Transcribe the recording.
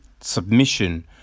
submission